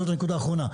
זו הנקודה האחרונה.